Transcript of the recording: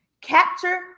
capture